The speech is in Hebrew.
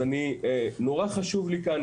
מאוד חשוב לי כאן,